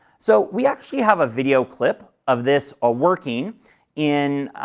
so, we actually have a video clip of this ah working in